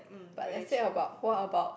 but let's say about what about